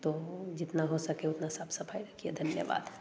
तो जितना हो सके उतना साफ सफाई रखिए धन्यवाद